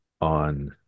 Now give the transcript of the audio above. on